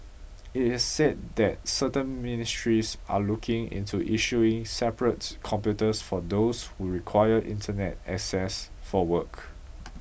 it is said that certain ministries are looking into issuing separate computers for those who require Internet access for work